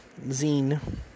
zine